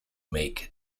make